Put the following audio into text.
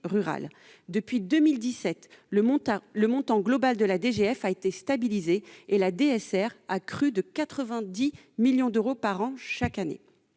Depuis 2017, le montant global de la DGF a été stabilisé, et la DSR a crû de 90 millions d'euros par an chaque année.